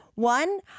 One